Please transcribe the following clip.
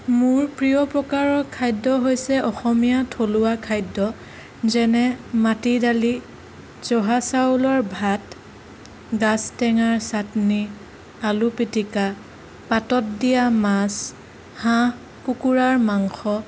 মোৰ প্ৰিয় প্ৰকাৰৰ খাদ্য হৈছে অসমীয়া থলুৱা খাদ্য যেনে মাটি দালি জহা চাউলৰ ভাত গাজ টেঙাৰ চাটনি আলু পিটিকা পাতত দিয়া মাছ হাঁহ কুকুৰাৰ মাংস